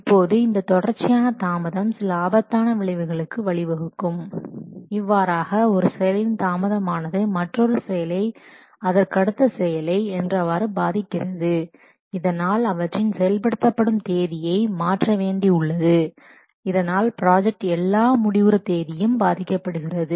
இப்போது இந்த தொடர்ச்சியான தாமதம் சில ஆபத்தான விளைவுகளுக்கு வழிவகுக்கும் இவ்வாறாக ஒரு செயலின் தாமதமானது மற்றொரு செயலை அதற்கடுத்த செயலை என்றவாறு பாதிக்கிறது இதனால் அவற்றின் செயல்படுத்தப்படும் தேதியை மாற்ற வேண்டி உள்ளது இதனால் ப்ராஜெக்ட் எல்லா முடிவுறும் தேதியும் பாதிக்கப்படுகிறது